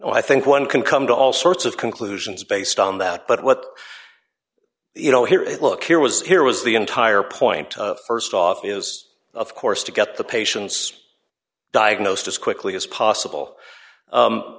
i think one can come to all sorts of conclusions based on that but what you know here at look here was here was the entire point of st off is of course to get the patients diagnosed as quickly as possible